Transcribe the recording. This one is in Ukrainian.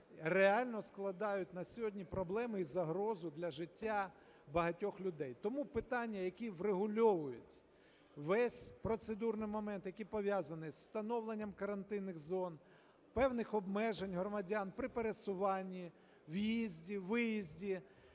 реально складають на сьогодні проблему і загрозу для життя багатьох людей, тому питання, які врегульовують весь процедурний момент, які пов'язані з встановленням карантинних зон, певних обмежень громадян при пересуванні, в'їзді, виїзді,